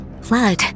Blood